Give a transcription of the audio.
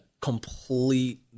complete